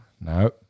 No